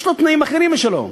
יש לו תנאים אחרים לשלום,